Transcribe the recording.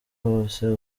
hose